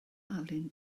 alun